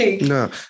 No